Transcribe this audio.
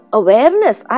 awareness